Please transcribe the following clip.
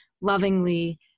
lovingly